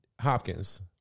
Hopkins